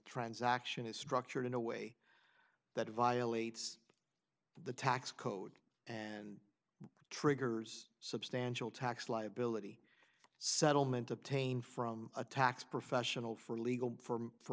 transaction is structured in a way that violates the tax code and triggers substantial tax liability settlement obtained from a tax professional for a legal firm for